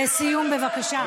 לסיום, בבקשה.